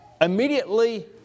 immediately